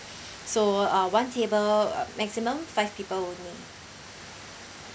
so uh one table uh maximum five people only